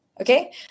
Okay